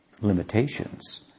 limitations